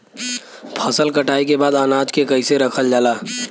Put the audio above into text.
फसल कटाई के बाद अनाज के कईसे रखल जाला?